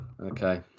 Okay